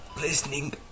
listening